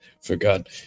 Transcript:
forgot